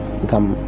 become